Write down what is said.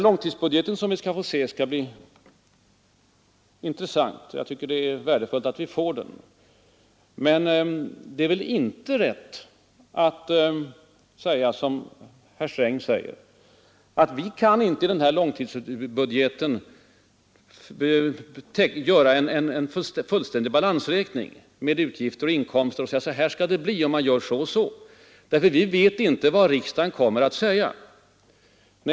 Långtidsbudgeten som vi skall få se skall bli intressant, och det är värdefullt att vi får den. Men det är väl inte rätt att säga som herr Sträng gör att han i långtidsbudgeten inte kan göra en fullständig balansräkning med utgifter och inkomster och säga att så här skall det bli om man gör så och så, ”för vi vet inte vad riksdagen kommer att säga”.